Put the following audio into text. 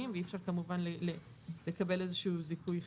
ואי אפשר כמובן לקבל איזשהו זיכוי חיובי.